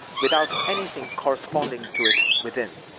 without any thing corresponding to it within.